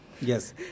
Yes